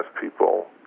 people